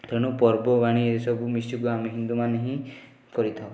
ତେଣୁ ପର୍ବପର୍ବାଣି ଏସବୁ ମିଶିକି ଆମେ ହିନ୍ଦୁମାନେ ହିଁ କରିଥାଉ